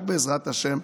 רק בעזרת השם,